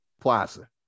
plaza